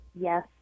Yes